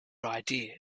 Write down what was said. idea